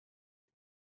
you